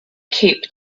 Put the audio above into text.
cape